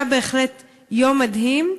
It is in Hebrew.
היה בהחלט יום מדהים.